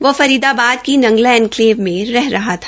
वह फरीदाबाद की नंगला एनकलेव में रह रहा था